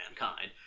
mankind